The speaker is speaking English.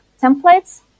templates